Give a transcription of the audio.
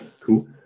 Cool